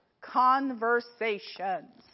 conversations